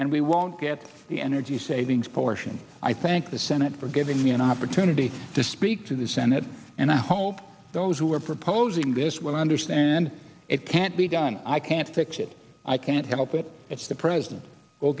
and we won't get the energy savings portion i thank the senate for giving me an opportunity to speak to the senate and i hope those who are proposing this will understand it can't be done i can't fix it i can't help it if the president